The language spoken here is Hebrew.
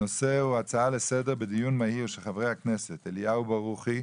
הנושא הוא הצעה לסדר בדיון מהיר של חברי הכנסת אליהו ברוכי,